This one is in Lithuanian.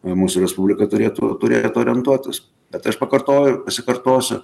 a mūsų respublika turėtų turėtų orientuotis bet aš pakartojau ir pasikartosiu